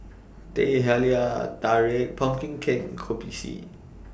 Teh Halia Tarik Pumpkin Cake Kopi C